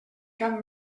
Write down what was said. cap